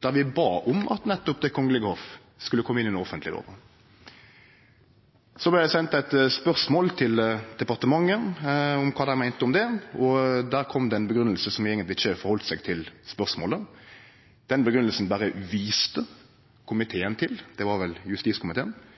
der vi bad om at nettopp Det kongelege hoff skulle kome inn under offentleglova. Så vart det sendt eit spørsmål til departementet om kva dei meinte om det, og derfrå kom det ei grunngjeving som eigentleg ikkje tok omsyn til spørsmålet. Den grunngjevinga berre viste komiteen – det var vel justiskomiteen – til,